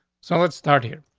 so let's start here.